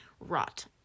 rot